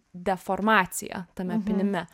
deformaciją tame pynime